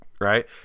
right